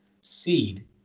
seed